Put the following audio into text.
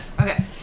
Okay